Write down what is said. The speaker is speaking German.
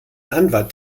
anwalt